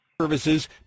Services